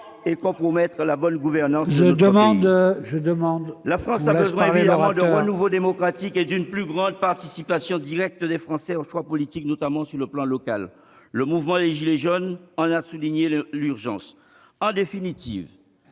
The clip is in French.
poursuivre, monsieur Théophile. La France a un besoin évident de renouveau démocratique et d'une plus grande participation directe des Français aux choix politiques, notamment sur le plan local. Le mouvement des « gilets jaunes » en a souligné l'urgence. En définitive,